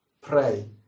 Pray